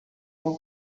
não